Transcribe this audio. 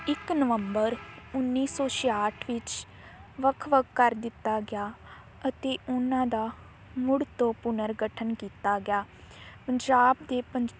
ਇੱਕ ਨਵੰਬਰ ਉੱਨੀ ਸੌ ਛਿਆਹਟ ਵਿੱਚ ਵੱਖ ਵੱਖ ਕਰ ਦਿੱਤਾ ਗਿਆ ਅਤੇ ਉਨ੍ਹਾਂ ਦਾ ਮੁੜ ਤੋਂ ਪੁਨਰਗਠਨ ਕੀਤਾ ਗਿਆ ਪੰਜਾਬ ਦੇ ਪੰਜ